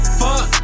fuck